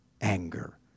anger